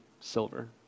silver